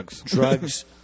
Drugs